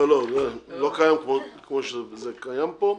לא, לא קיים כמו שזה קיים פה.